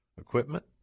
equipment